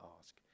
ask